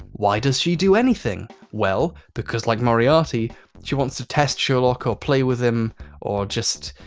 why does she do anything? well because like moriarty she wants to test sherlock or play with him or just